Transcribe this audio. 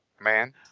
man